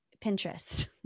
Pinterest